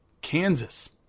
Kansas